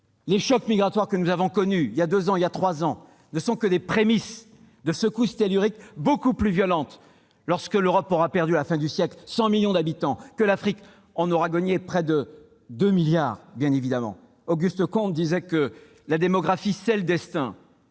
Les chocs migratoires que nous avons connus il y a deux ou trois ans ne sont que les prémices de secousses telluriques beaucoup plus violentes qui se produiront lorsque l'Europe aura perdu, à la fin du siècle, 100 millions d'habitants alors que l'Afrique en aura gagné près de 2 milliards. Auguste Comte disait :« la démographie, c'est le destin